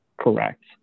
correct